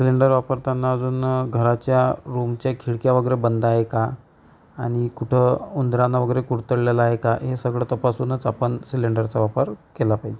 cylinder वापरताना अजून घराच्या रूमच्या खिडक्या वगैरे बंद आहे का आणि कुठं उंदरानं वगैरे कुरतडलेलं आहे का हे सगळं तपासूनच आपण सिलेंडरचा वापर केला पाहिजे